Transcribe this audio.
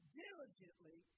diligently